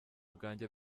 ubwanjye